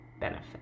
benefit